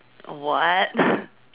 what